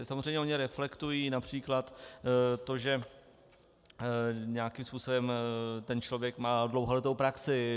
Samozřejmě ony reflektují např. to, že nějakým způsobem ten člověk má dlouholetou praxi.